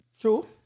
True